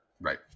right